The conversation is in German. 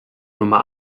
nummer